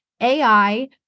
AI